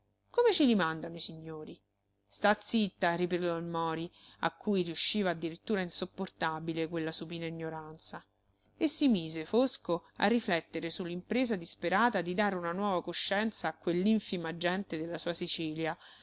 come ce li mandano i signori sta zitta replicò il mori a cui riusciva addirittura insopportabile quella supina ignoranza e si mise fosco a riflettere su limpresa disperata di dare una nuova coscienza a quellinfima gente della sua sicilia